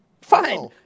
Fine